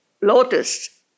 lotus